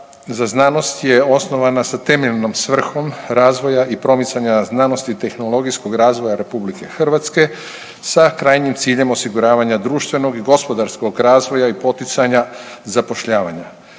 za znanost je osnovana sa temeljnom svrhom razvoja i promicanja znanosti i tehnologijskog razvoja RH sa krajnjim ciljem osiguravanja društvenog i gospodarskog razvoja i poticanja zapošljavanja.